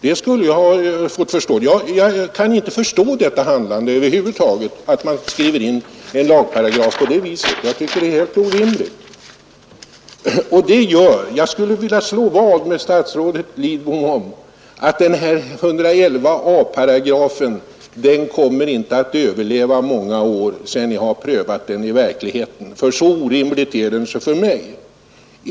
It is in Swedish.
Jag kan över huvud taget inte förstå att man skriver in en sådan lagsparagraf. Jag tycker det är helt orimligt. Jag skulle vilja slå vad med statsrådet Lidbom om att 111 a 8 inte kommer att överleva många år sedan den prövats i verkligheten. Så orimlig är den enligt min uppfattning.